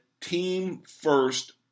team-first